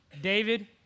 David